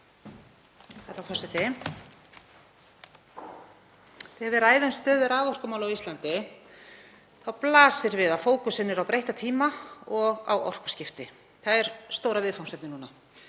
Herra forseti. Þegar við ræðum stöðu raforkumála á Íslandi þá blasir við að fókusinn er á breytta tíma og orkuskipti. Það er stóra viðfangsefnið núna.